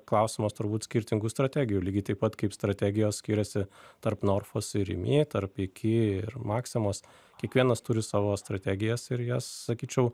klausimas turbūt skirtingų strategijų lygiai taip pat kaip strategijos skiriasi tarp norfos ir rimi tarp iki ir maksimos kiekvienas turi savo strategijas ir jas sakyčiau